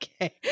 Okay